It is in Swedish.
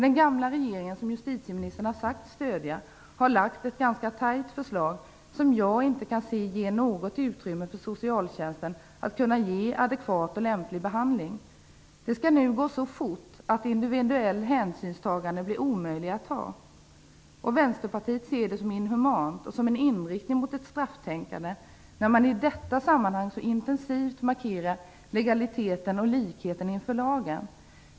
Den gamla regeringen, som justitieministern har sagt sig stödja, har lagt ett ganska tajt förslag, som jag inte kan se ger något utrymme för socialtjänsten att kunna ge adekvat och lämplig behandling. Det skall nu gå så fort att individuella hänsyn blir omöjliga att ta. Vänsterpartiet ser det som inhumant och som en inriktning mot ett strafftänkande när man i detta sammanhang så intensivt markerar legaliteten och likheten inför lagen.